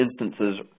instances